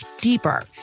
deeper